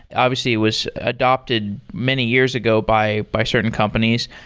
obviously, it was adapted many years ago by by certain companies.